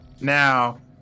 Now